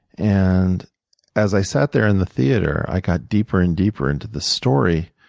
and as i sat there in the theater, i got deeper and deeper in to the story.